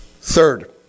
third